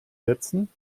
setzen